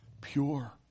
Pure